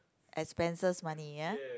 expenses money ya